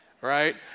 Right